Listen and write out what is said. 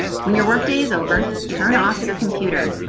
when your work day is over, turn off your computer.